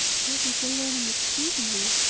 that we shall learn in its season, leo.